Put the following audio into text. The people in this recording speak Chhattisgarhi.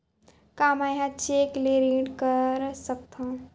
का मैं ह चेक ले ऋण कर सकथव?